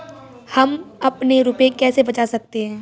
हम अपने रुपये कैसे बचा सकते हैं?